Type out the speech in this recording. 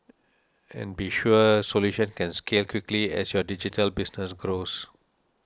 and be sure solution can scale quickly as your digital business grows